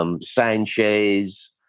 Sanchez